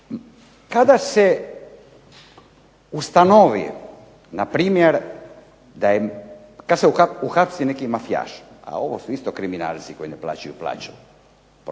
kada se ustanovi na primjer da je, kad se uhapsi neki mafijaš, a ovo su isto kriminalci koji ne plaćaju plaće. Oprostite,